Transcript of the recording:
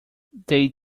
they